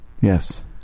yes